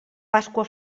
pasqua